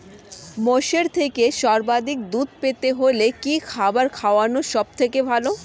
মোষের থেকে সর্বাধিক দুধ পেতে হলে কি খাবার খাওয়ানো সবথেকে ভালো?